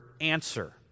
answer